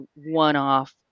one-off